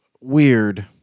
weird